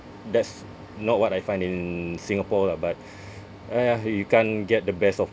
that's not what I find in Singapore lah but !aiya! you can't get the best of